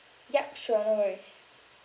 yup sure no worries